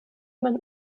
man